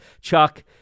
Chuck